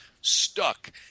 stuck